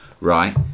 right